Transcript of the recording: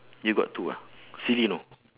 you got two ah silly you know